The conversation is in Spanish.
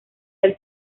del